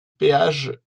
péage